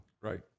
right